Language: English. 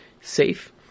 safe